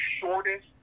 shortest